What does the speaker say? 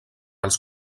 els